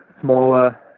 smaller